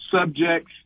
subjects